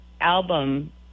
album